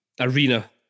arena